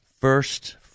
first